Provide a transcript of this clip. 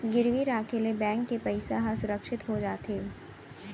गिरवी राखे ले बेंक के पइसा ह सुरक्छित हो जाथे